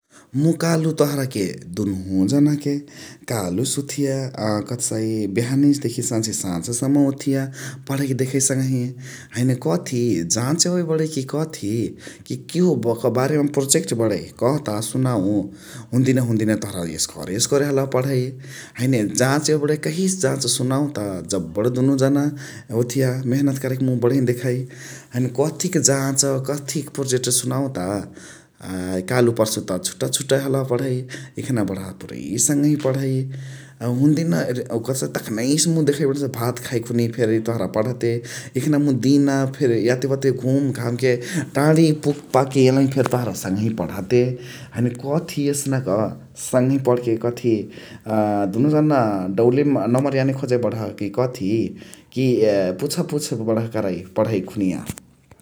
मु कालु तोहरा के दुन्हु जना के कालु से ओथिया कथ कह्सइ बेह्निसे से देखी साझे साझ सम्म ओथिया पणइ देखइ सङ्हही । हैने कथी जाच यवइ बणइ कि कथी किहो बोका बारे पोर्जेक्ट बणइ कह ता सुनाउ हुन्दिनवा हुन्दिनवा तोहरा एस्करे एस्करे हलहा पणइ। हैने जाच यवइ बणइ कहिया से जाच सुनाउ ता जब्बण दुनुहु जाना ओथिया मेह्नत करइ मुइ बणही देखइ । हैने कथी क जाच कथी क पोर्जेक्ट सुनाउ ता कालु पर्सु त छुटा छुटा हलहा पणइ । यखना बणहा पुरइ सङ्हही पणइ । तखानइ से मुइ देखइ बणसु, भात खाइ खुन्हिया फेरी तोहरा पणते यखना मुइ दिना फेरी याते वाते घुम घाम के टाणी पुग्पाग्के यलही फेनी तोहरा सघही पणह ते । हैने कथी एस्नका सघही पणह के दुनुहु जाना डउले नम्मर याने खजइ बणहा कि कथी कि पुछ पुछ बणहा करइ पणइ कि खुन्हिया ।